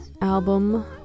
album